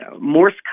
Morse